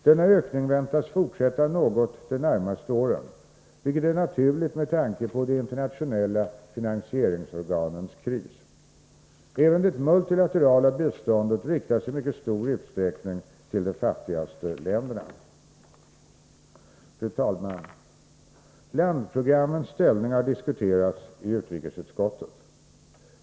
Denna ökning väntas fortsätta något de närmaste åren, vilket är naturligt med tanke på de internationella finansieringsorganens kris. Även det multilaterala biståndet riktas i mycket stor utsträckning till de fattigaste länderna. Fru talman! Landprogrammens ställning har diskuterats i utrikesutskottet.